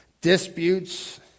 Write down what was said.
Disputes